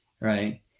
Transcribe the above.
Right